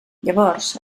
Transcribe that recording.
llavors